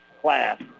class